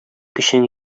көчең